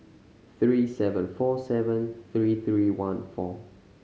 three seven four seven three three one four